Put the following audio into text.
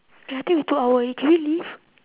eh I think we two hours already can we leave